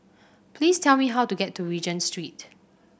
please tell me how to get to Regent Street